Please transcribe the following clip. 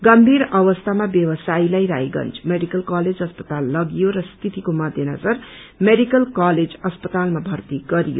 गम्पीर अवस्थामा व्यावसायीलाई Raiganj medical college अस्पताल लगियो र स्थितिको मध्य नजर मेडिकल कलेज अस्पतालमा भर्ती गरियो